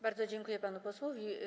Bardzo dziękuję panu posłowi.